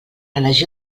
elegir